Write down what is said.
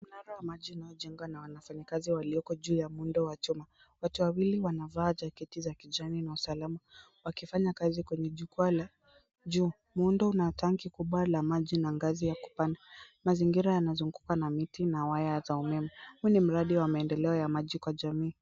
Mnara wa maji unaojengwa na wafanyakazi walioko juu ya muundo wa chuma. Watu wawili wanavaa jaketi za kijani na usalama wakifanya kazi kwenye jukwaa la juu. Muundo una tanki kubwa la maji na ngazi ya kupanda. Mazingira yanazungukwa na miti na waya za umeme. Huu ni mradi wa maendeleo ya maji kwa jamii.